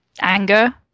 anger